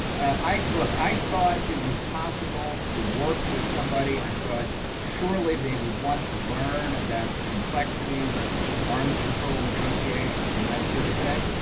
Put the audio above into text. look, i thought it was possible to work with somebody. i thought surely they would want to learn about the complexityes of arms control negotiations and that sort of thing.